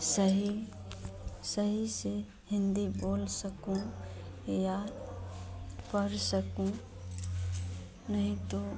सही सही से हिन्दी बोल सकूँ या पढ़ सकूँ नहीं तो